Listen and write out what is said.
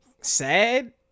sad